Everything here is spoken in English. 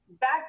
back